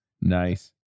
Nice